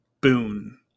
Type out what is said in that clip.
boon